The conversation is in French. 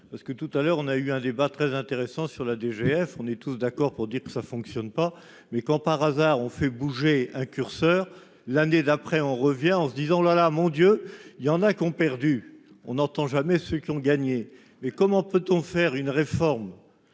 parce que tout à l'heure, on a eu un débat très intéressant sur la DGF, on est tous d'accord pour dire que ça fonctionne pas mais quand par hasard, on fait bouger un curseur l'année d'après, on revient en se disant, la, la, mon Dieu, il y en a qui ont perdu, on n'entend jamais ceux qui ont gagné,